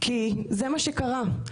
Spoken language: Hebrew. כי זה מה שקרה.